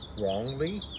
wrongly